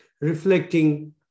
reflecting